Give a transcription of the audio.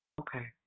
okay